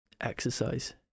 Exercise